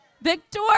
Victor